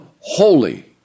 holy